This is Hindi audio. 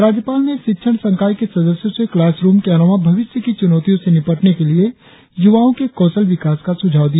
राज्यपाल ने शिक्षण संकाय के सदस्यों से क्लास रुम के अलावा भविष्य की चुनौतियों से निपटने के लिए युवाओं के कौशल विकास का सुझाव दिया